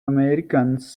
americans